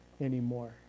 anymore